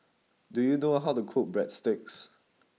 do you know how to cook Breadsticks